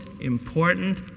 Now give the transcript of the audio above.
important